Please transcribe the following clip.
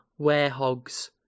Warehogs